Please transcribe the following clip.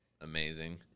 amazing